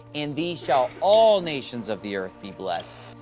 in thee shall all nations of the earth be blessed,